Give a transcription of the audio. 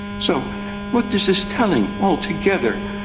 so what this is telling altogether,